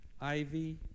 Ivy